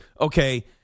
okay